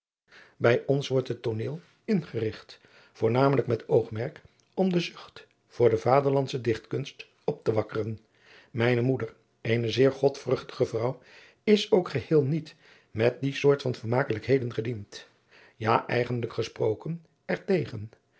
bij ons wordt het tooneel ingerigt voornamelijk met oogmerk om de zucht voor de vaderlandsche dichtkunst op te wakkeren mijne moeder eene zeer godvruchtige vrouw is ook geheel niet met die soort van vermakelijkheden gediend ja eigenlijk gesproken